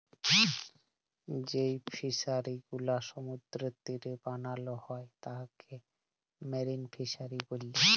যেই ফিশারি গুলো সমুদ্রের তীরে বানাল হ্যয় তাকে মেরিন ফিসারী ব্যলে